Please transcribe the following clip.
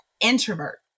introvert